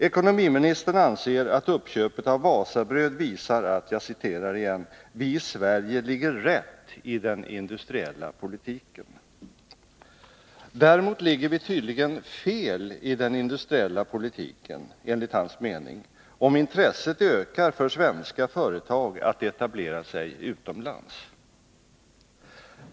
Ekonomiministern anser att uppköpet av Wasabröd visar att ”vi i Sverige ligger rätt i den industriella politiken”. Däremot ligger vi tydligen ”fel i den industriella politiken” om intresset ökar för svenska företag att etablera sig utomlands.